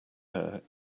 hair